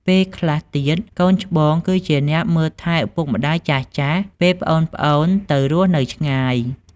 ពេលខ្លះទៀត កូនច្បងគឹជាអ្នកមើលថែរក្សាឪពុកម្ដាយចាស់ៗ ពេលប្អូនៗទៅរស់នៅឆ្ងាយ។